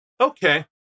Okay